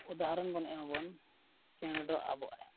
ᱩᱫᱟᱦᱚᱨᱚᱱ ᱵᱚᱱ ᱮᱢᱟᱵᱚᱱ ᱪᱮᱬᱮ ᱫᱚᱭ ᱟᱵᱚᱜᱼᱟ